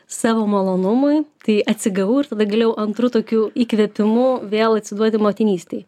savo malonumui tai atsigavau ir tada galėjau antru tokiu įkvėpimu vėl atsiduoti motinystei